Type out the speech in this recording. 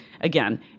again